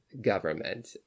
government